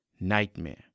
nightmare